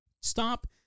Stop